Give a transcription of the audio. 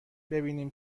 ببینم